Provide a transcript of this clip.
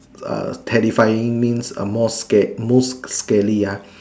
uh terrifying means a most scar~ most scary ya